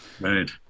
Right